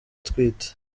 atwite